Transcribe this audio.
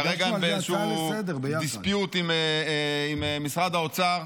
כרגע אנחנו ב-dispute עם משרד האוצר.